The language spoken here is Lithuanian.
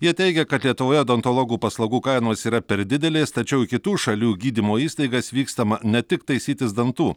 jie teigia kad lietuvoje odontologų paslaugų kainos yra per didelės tačiau kitų šalių gydymo įstaigas vykstama ne tik taisytis dantų